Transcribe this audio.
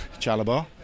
Chalabar